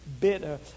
bitter